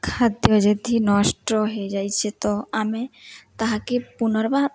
ଖାଦ୍ୟ ଯଦି ନଷ୍ଟ ହେଇଯାଇଛି ତ ଆମେ ତାହାକେ ପୁନର୍ବାର